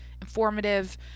informative